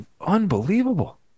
unbelievable